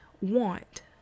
want